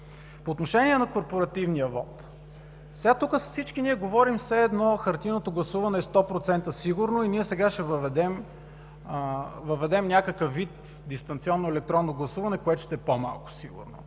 По отношение на корпоративния вот. Тук всички ние говорим, все едно хартиеното гласуване е 100% сигурно и сега ще въведем някакъв вид дистанционно електронно гласуване, което ще е по малко сигурно.